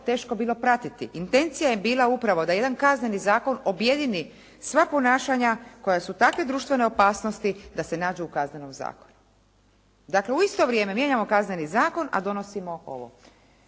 teško bilo pratiti. Intencija je bila upravo da jedan Kazneni zakon objedini sva ponašanja koja su takve društvene opasnosti da se nađe u Kaznenom zakonu. Dakle, u isto vrijeme mijenjamo Kazneni zakon, a donosimo ovo.